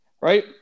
right